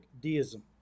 deism